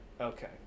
Okay